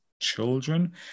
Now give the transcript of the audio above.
children